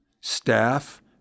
Staff